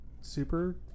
super